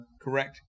correct